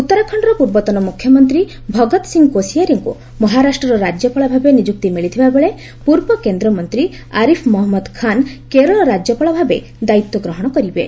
ଉତ୍ତରାଖଣର ପୂର୍ବତ ମ୍ରଖ୍ୟମନ୍ତ୍ରୀ ଭଗତ ସିଂ କୋଶିଆରୀଙ୍କୁ ମହାରାଷ୍ଟ୍ରର ରାଜ୍ୟପାଳଭାବେ ନିଯୁକ୍ତି ମିଳିଥିବାବେଳେ ପୂର୍ବ କେନ୍ଦ୍ରମନ୍ତ୍ରୀ ମନ୍ତ୍ରୀ ଆରିଫ୍ ମହମ୍ମଦ ଖାନ୍ କେରଳ ରାଜ୍ୟପାଳଭାବେ ଦାୟିତ୍ୱ ଗ୍ରହଣ କରିବେ